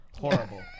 Horrible